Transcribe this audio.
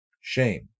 shame